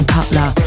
Cutler